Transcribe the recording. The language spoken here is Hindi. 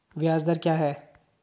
ब्याज दर क्या है?